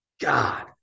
God